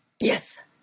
Yes